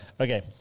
Okay